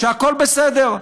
שהכול בסדר.